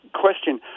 question